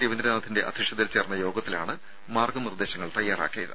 രവീന്ദ്രനാഥിന്റെ അധ്യക്ഷതയിൽ ചേർന്ന യോഗത്തിലാണ് മാർഗ്ഗ നിർദ്ദേശങ്ങൾ തയ്യാറാക്കിയത്